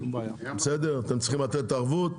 אתם צריכים לתת ערבות?